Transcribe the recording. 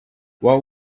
what